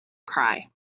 cry